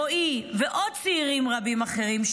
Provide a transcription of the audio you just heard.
רועי ועוד צעירים רבים אחרים,